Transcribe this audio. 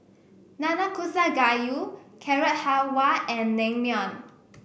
Nanakusa Gayu Carrot Halwa and Naengmyeon